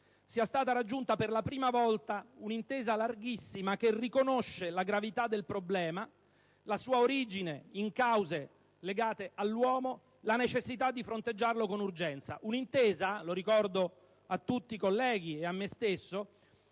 sia stata raggiunta per la prima volta un'intesa larghissima che riconosce la gravità del problema, la sua origine in cause legate all'uomo, la necessità di fronteggiarlo con urgenza. Ricordo a tutti i colleghi e a me stesso